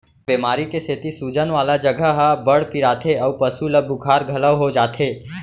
बेमारी के सेती सूजन वाला जघा ह बड़ पिराथे अउ पसु ल बुखार घलौ हो जाथे